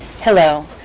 Hello